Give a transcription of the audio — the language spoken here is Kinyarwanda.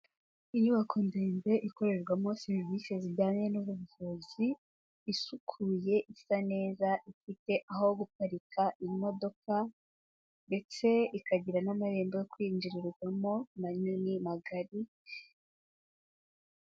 Inyubako ndende ikorerwamo serivisi zijyanye n'ubuvuzi, isukuye isa neza ifite aho guparika imodoka, ndetse ikagira n'amarembo yo kwinjirirwamo manini, magari.